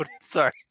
Sorry